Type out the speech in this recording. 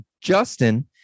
Justin